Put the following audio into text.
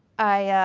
i